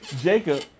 Jacob